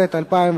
2009